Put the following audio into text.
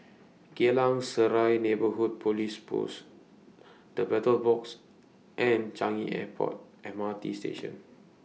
Geylang Serai Neighbourhood Police Post The Battle Box and Changi Airport M R T Station